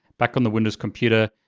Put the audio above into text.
back on the window's computer,